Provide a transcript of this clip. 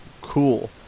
cool